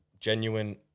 genuine